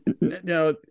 Now